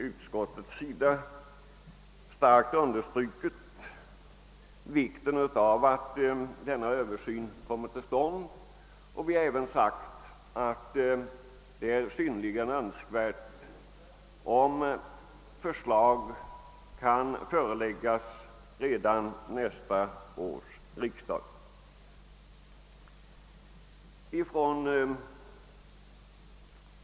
Utskottsmajoriteten har kraftigt understrukit vikten av att denna översyn kommer till stånd och påpekat att det är synnerligen önskvärt att förslag kan föreläggas redan nästa års riksdag.